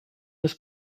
his